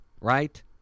Right